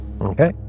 Okay